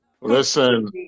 Listen